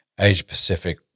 Asia-Pacific